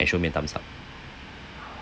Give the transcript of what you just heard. show me a thumbs up